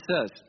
says